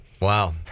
Wow